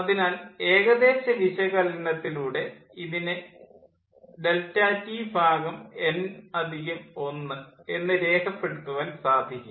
അതിനാൽ ഏകദേശ വിശകലനത്തിലൂടെ ഇതിനെ ∆T n1 എന്ന് രേഖപ്പെടുത്തുവാൻ സാധിക്കും